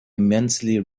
immensely